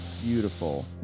Beautiful